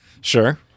sure